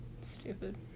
Stupid